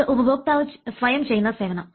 ഇത് ഉപഭോക്താവ് ചെയ്യുന്ന സ്വയം സേവനം